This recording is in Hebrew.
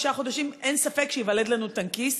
תשעה חודשים אין ספק שייוולד לנו טנקיסט.